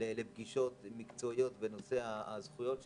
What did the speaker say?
לפגישות מקצועיות בנושא הזכויות שלהם.